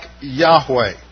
Yahweh